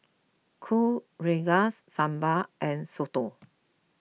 Kuih Rengas Sambal and Soto